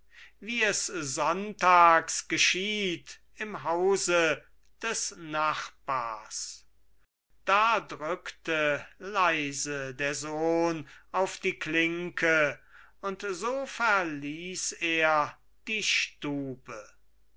wie es sonntags geschieht im hause des nachbars da drückte leise der sohn auf die klinke und so verließ er die stube